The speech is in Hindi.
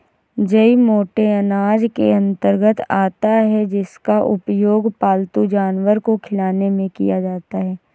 जई मोटे अनाज के अंतर्गत आता है जिसका उपयोग पालतू जानवर को खिलाने में किया जाता है